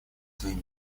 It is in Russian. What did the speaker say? своим